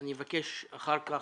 אני מבקש שאחר כך